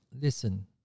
Listen